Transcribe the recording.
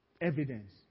evidence